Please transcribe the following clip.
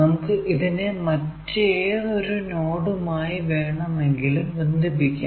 നമുക്ക് ഇതിനെ മറ്റേതൊരു നോഡുമായി വേണമെങ്കിലും ബന്ധിപ്പിക്കാം